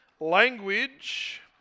Language